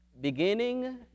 beginning